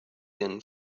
been